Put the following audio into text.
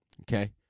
Okay